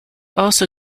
also